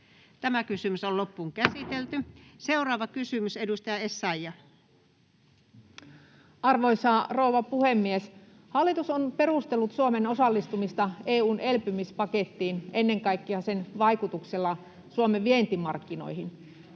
kysymys EU:n elpymispaketista (Sari Essayah kd) Time: 16:48 Content: Arvoisa rouva puhemies! Hallitus on perustellut Suomen osallistumista EU:n elpymispakettiin ennen kaikkea sen vaikutuksella Suomen vientimarkkinoihin.